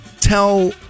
tell